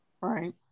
Right